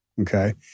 okay